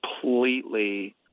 completely